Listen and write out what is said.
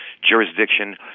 jurisdiction